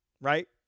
right